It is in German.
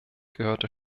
gehörte